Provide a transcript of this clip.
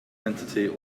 entity